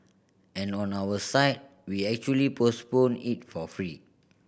and on our side we actually postpone it for free